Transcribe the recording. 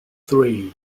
three